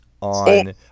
on